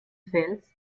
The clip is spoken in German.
fels